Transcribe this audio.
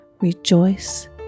rejoice